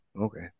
okay